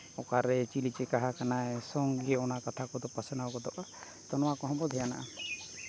ᱚᱠᱟᱨᱮ ᱪᱤᱞᱤ ᱪᱤᱠᱟᱹ ᱟᱠᱟᱱᱟᱭ ᱥᱚᱝᱜᱮ ᱚᱱᱟ ᱠᱟᱛᱷᱟ ᱠᱚᱫᱚ ᱯᱟᱥᱱᱟᱣ ᱜᱚᱫᱚᱜᱼᱟ ᱛᱚ ᱱᱚᱣᱟ ᱠᱚᱦᱚᱸ ᱵᱚ ᱫᱷᱮᱭᱟᱱᱟᱜᱼᱟ